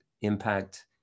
impact